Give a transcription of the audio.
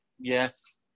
yes